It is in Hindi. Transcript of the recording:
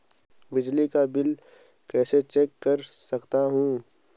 बिजली का बिल कैसे चेक कर सकता हूँ?